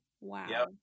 Wow